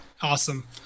Awesome